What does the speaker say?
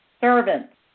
servants